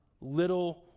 little